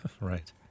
Right